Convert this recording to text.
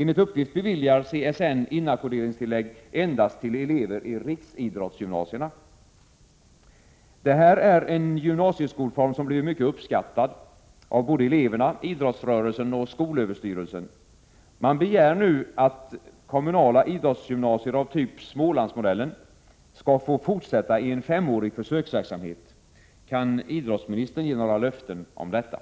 Enligt uppgift beviljar CSN inackorderingstillägg endast till elever i riksidrottsgymnasierna. Detta är en gymnasieskolform som blivit mycket uppskattad av både eleverna, idrottsrörelsen och skolöverstyrelsen. Man begär nu att kommunala idrottsgymnasier av typ ”Smålandsmodellen” skall få fortsätta i en femårig försöksverksamhet. Kan idrottsministern ge några löften om detta?